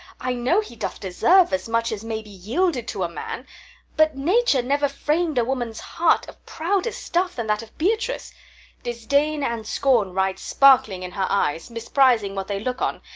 i know he doth deserve as much as may be yielded to a man but nature never fram'd a woman's heart of prouder stuff than that of beatrice disdain and scorn ride sparkling in her eyes, misprising what they look on,